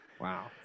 wow